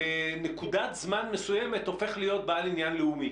שבנקודת זמן מסוימת הופך להיות בעל עניין לאומי.